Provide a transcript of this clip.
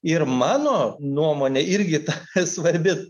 ir mano nuomonė irgi ta svarbi